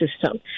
system